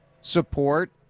support